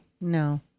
No